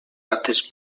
rates